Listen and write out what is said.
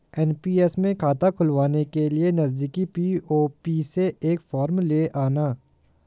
NPS में खाता खुलवाने के लिए नजदीकी पी.ओ.पी से एक फॉर्म ले आना